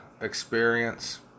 experience